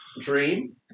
dream